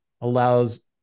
allows